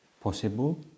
possible